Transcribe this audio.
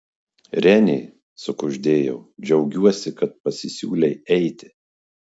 renė sukuždėjau džiaugiuosi kad pasisiūlei eiti